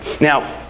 Now